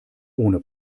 ohne